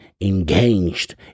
engaged